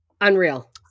Unreal